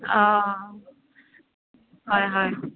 অঁ হয় হয়